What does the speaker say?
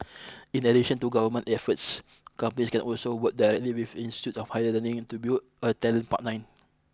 in addition to government efforts companies can also work directly with institute of higher learning to build a talent pipeline